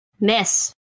Miss